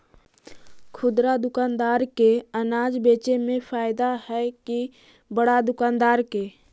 खुदरा दुकानदार के अनाज बेचे में फायदा हैं कि बड़ा दुकानदार के?